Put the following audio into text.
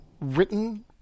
written